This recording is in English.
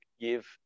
give